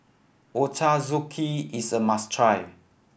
ochazuke is a must try